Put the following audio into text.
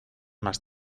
más